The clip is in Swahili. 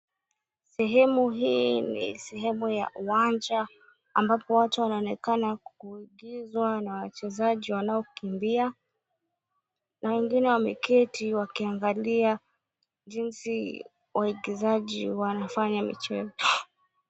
Sehemu hii ni sehemu ya uwanja ambapo watu wanaonekana kutubuizwa wachezaji wanaokimbia na wengine wameketi wengine wakiangalia jinsi waigizaji wanafanya michezo.